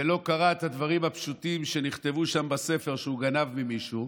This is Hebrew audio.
ולא קרא את הדברים הפשוטים שנכתבו שם בספר שהוא גנב ממישהו,